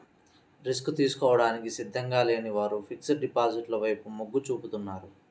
risk తీసుకోవడానికి సిద్ధంగా లేని వారు ఫిక్స్డ్ డిపాజిట్ల వైపు మొగ్గు చూపుతున్నారు